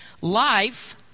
life